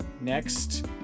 next